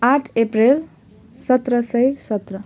आठ अप्रेल सत्र सय सत्र